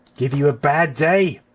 give you a bad day